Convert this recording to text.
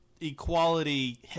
equality